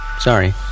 Sorry